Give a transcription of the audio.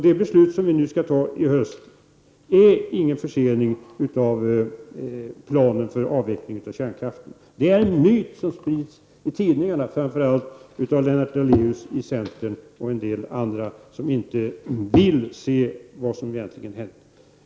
Det beslut som vi skall fatta i höst innebär ingen försening av planen för avveckling av kärnkraften. Det är en myt som sprids i tidningarna, framför allt av Lennart Daléus i centern och en del andra som inte vill se vad som egentligen har hänt.